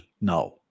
now